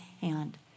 hand